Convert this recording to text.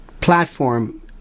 platform